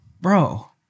bro